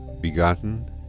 begotten